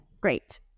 great